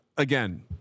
Again